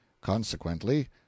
Consequently